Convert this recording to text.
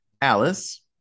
Alice